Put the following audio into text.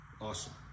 Awesome